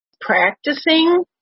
practicing